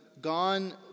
gone